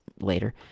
later